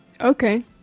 Okay